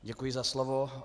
Děkuji za slovo.